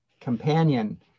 companion